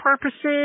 purposes